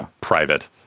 private